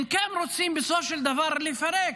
הם כן רוצים בסופו של דבר לפרק,